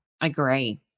Agree